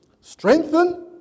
strengthen